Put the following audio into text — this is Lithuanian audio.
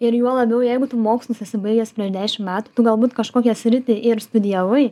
ir juo labiau jeigu tu mokslus esi baigęs prieš dešimt metų tu galbūt kažkokią sritį ir studijavai